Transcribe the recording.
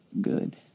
Good